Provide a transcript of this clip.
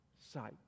sight